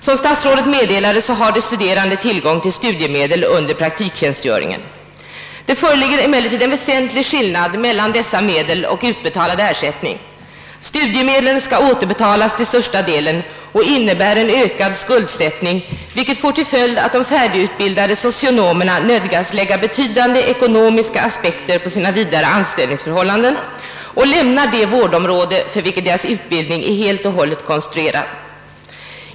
Som statsrådet meddelade har de studerande tillgång till studiemedel under praktiktjänstgöringen. Det föreligger emellertid en väsentlig skillnad mellan dessa medel och utbetalad ersättning. Studiemedlen skall till större delen återbetalas och innebär en ökad skuldsättning, vilket får till följd att de färdigutbildade socionomerna nödgas lägga betydande ekonomiska aspekter på sina vidare anställningsförhållanden och kanske lämna det vårdområde, för vilket deras utbildning är helt och hållet konstruerad.